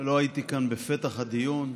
לא הייתי כאן בפתח הדיון,